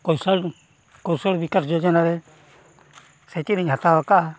ᱠᱳᱥᱚᱞ ᱠᱳᱥᱚᱞ ᱵᱤᱠᱟᱥ ᱡᱳᱡᱚᱱᱟᱨᱮ ᱥᱮᱪᱮᱫ ᱤᱧ ᱦᱟᱛᱟᱣ ᱟᱠᱟᱫᱼᱟ